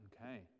okay